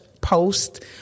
post